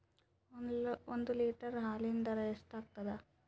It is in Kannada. ಒಂದ್ ಲೀಟರ್ ಹಾಲಿನ ದರ ಎಷ್ಟ್ ಆಗತದ?